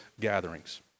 gatherings